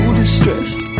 distressed